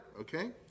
okay